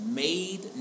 made